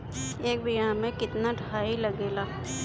एक बिगहा में केतना डाई लागेला?